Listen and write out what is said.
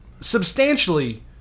substantially